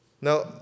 Now